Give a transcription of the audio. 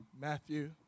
Matthew